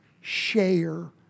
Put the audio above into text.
share